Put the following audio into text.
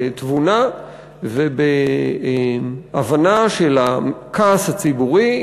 בתבונה ובהבנה של הכעס הציבורי,